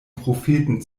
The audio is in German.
propheten